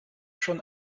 schon